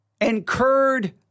incurred